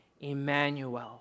Emmanuel